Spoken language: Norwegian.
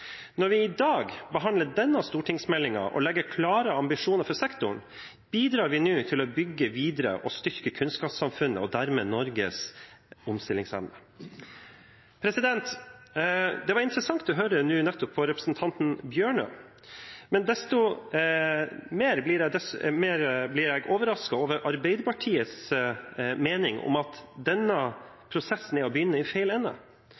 Når vi i dag behandler denne stortingsmeldingen og legger klare ambisjoner for sektoren, bidrar vi nå til å bygge videre og styrke kunnskapssamfunnet og dermed Norges omstillingsevne. Det var interessant nå nettopp å høre på representanten Tynning Bjørnø, men desto mer blir jeg overrasket over Arbeiderpartiets mening om at denne prosessen er å begynne i feil